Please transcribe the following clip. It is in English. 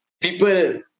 people